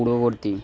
পূর্ববর্তী